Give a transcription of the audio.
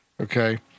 okay